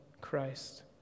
Christ